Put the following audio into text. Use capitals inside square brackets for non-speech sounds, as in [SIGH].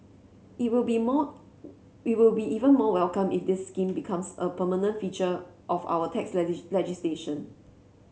it will be more [UNINTELLIGIBLE] it will be even more welcomed if this scheme becomes a permanent feature of our tax [UNINTELLIGIBLE] legislation